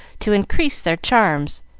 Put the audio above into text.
to increase their charms,